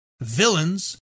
villains